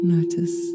Notice